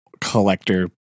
collector